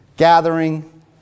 Gathering